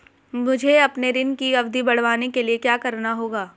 मुझे अपने ऋण की अवधि बढ़वाने के लिए क्या करना होगा?